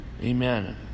Amen